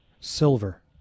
Silver